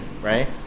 right